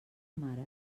mare